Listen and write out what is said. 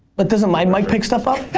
but doesn't my mic pick stuff up?